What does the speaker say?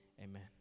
Amen